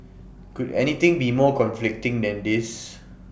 could anything be more conflicting than this